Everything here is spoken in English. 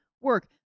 work